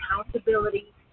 accountability